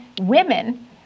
women